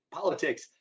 politics